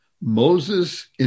Moses